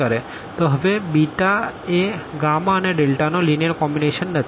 તો હવે એ અને નો લીનીઅર કોમ્બીનેશન નથી